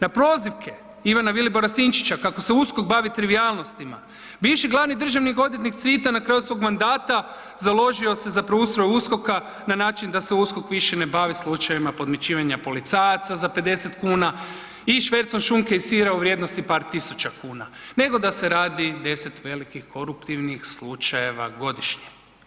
Na prozivke Ivana Vilibora Sinčića kako se USKOK bavi trivijalnostima bivši glavni državni odvjetnik Cvitan na kraju svog mandata založio se za preustroj USKOK-a na način da se USKOK više ne bavi slučajevima podmićivanja policajaca za 50 kuna i švercom šunke i sira u vrijednosti par tisuća kuna, nego da se radi 10 velikih koruptivnih slučajeva godišnje.